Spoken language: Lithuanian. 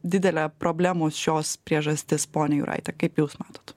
didelė problemos šios priežastis ponia juraite kaip jūs matot